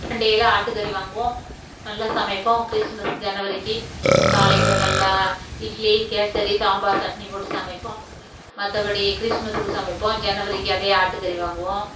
ரெண்டு கிலோ ஆட்டுக்கறி வாங்குவோம் நல்லா சமைப்போம் கிறிஸ்மஸ் ஜனவரிக்கு காலையில் நல்லா இட்லி கேசரி சாம்பாரு சட்னி போட்டு சமைப்போம் மற்றபடி கிறிஸ்மஸ்க்கு சமைப்போம் ஜனவரிக்கு அதே ஆட்டுக்கறி வாங்குவோம்